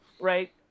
Right